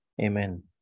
Amen